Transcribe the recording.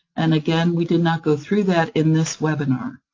and again, we did not go through that in this webinar.